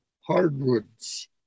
hardwoods